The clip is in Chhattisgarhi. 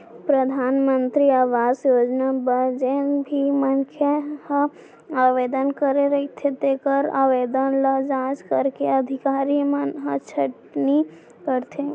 परधानमंतरी आवास योजना बर जेन भी मनखे ह आवेदन करे रहिथे तेखर आवेदन ल जांच करके अधिकारी मन ह छटनी करथे